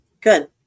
Good